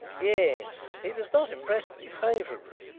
yes. he does not impress me favourably.